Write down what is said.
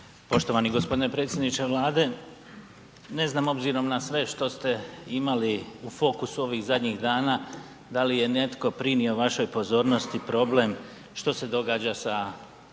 Poštovani g. predsjedniče Vlade, ne znam obzirom na sve što ste imali u fokusu ovih zadnjih dana, da li je netko primio vašoj pozornosti problem što se događa sa povezanošću